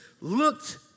looked